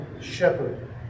shepherd